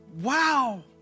wow